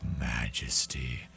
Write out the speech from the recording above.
majesty